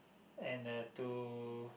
and uh to